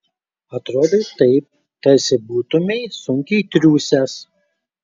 atrodai taip tarsi būtumei sunkiai triūsęs